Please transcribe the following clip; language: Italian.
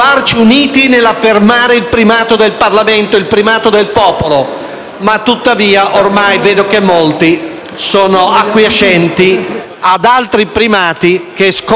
Tuttavia, vedo che ormai molti sono acquiescenti ad altri primati che sconvolgono il nostro equilibrio costituzionale.